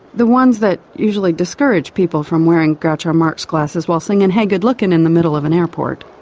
the ones that usually discourage people from wearing groucho marx glasses while singing hey, good lookin. in the middle of an airport.